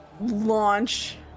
launch